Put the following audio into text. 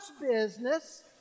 business